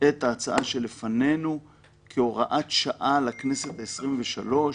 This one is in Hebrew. את ההצעה שלפנינו כהוראת שעה לכנסת העשרים-ושלוש,